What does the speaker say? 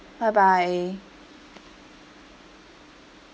bye bye